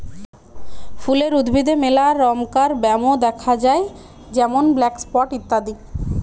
ফুলের উদ্ভিদে মেলা রমকার ব্যামো দ্যাখা যায় যেমন ব্ল্যাক স্পট ইত্যাদি